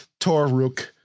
Toruk